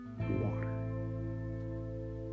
water